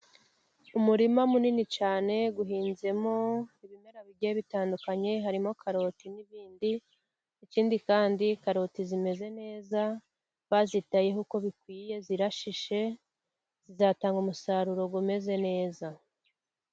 Umurima munini cyane uhinzemo ibimera bigiye bitandukanye. Harimo karoti n'ibindi. Ikindi kandi karoti zimeze neza, bazitayeho uko bikwiye. Zirashishe zizatanga umusaruro umeze neza.